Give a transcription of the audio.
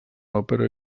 òpera